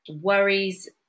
worries